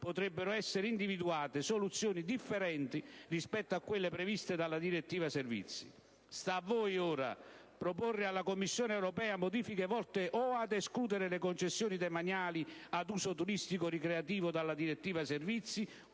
potrebbero essere individuate soluzioni differenti rispetto a quelle previste dalla cosiddetta direttiva servizi. Sta a voi ora proporre alla Commissione europea modifiche volte o ad escludere le concessioni demaniali ad uso turistico-ricreativo dalla direttiva servizi